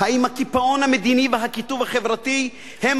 האם הקיפאון המדיני והקיטוב החברתי הם